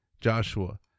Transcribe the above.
Joshua